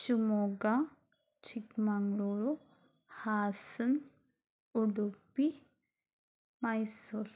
Shivamogga Chikkamagaluru Hassan Udupi Mysuru